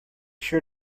sure